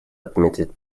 отметить